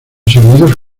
sonidos